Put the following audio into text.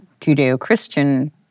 Judeo-Christian